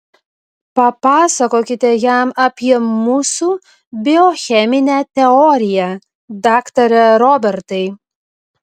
papasakokite jam apie mūsų biocheminę teoriją daktare robertai